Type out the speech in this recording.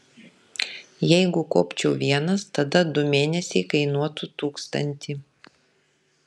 jeigu kopčiau vienas tada du mėnesiai kainuotų tūkstantį